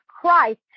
Christ